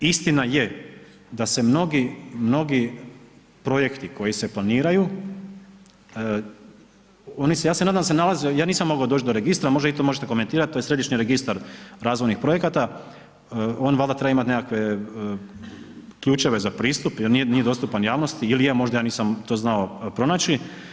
Istina je da se mnogi, mnogi projekti koji se planiraju, oni se, ja se nadam da se nalaze, ja nisam mogao doći do registra, možda i to možete komentirati to je Središnji registar razvojnih projekata, on valjda treba imati nekakve ključeve za pristup jer nije dostupan javnosti ili je, možda ja nisam to znao pronaći.